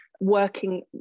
working